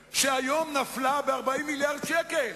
ארדן, השר המקשר,